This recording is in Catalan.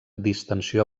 distensió